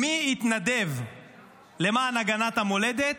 מי התנדב למען הגנת המולדת,